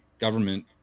government